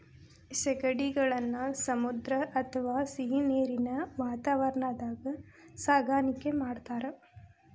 ಸೇಗಡಿಗಳನ್ನ ಸಮುದ್ರ ಅತ್ವಾ ಸಿಹಿನೇರಿನ ವಾತಾವರಣದಾಗ ಸಾಕಾಣಿಕೆ ಮಾಡ್ತಾರ